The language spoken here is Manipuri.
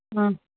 ꯎꯝ